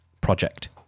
project